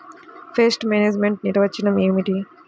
Pest management నిర్వచనం ఏమిటి?